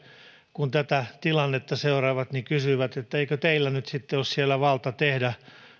tätä tilannetta seuraavat niin he kysyvät että eikö teillä nyt ole siellä valta tehdä